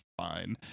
fine